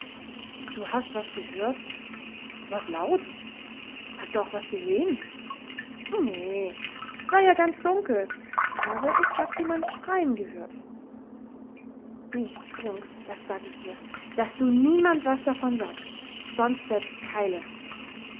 du hast was gehört wars laut hast du auch was gesehn nee s war ja ganz dunkel aber ich hab jemand schreien gehört du strunk das sag ich dir daß du niemand was davon sagst sonst setzsts keile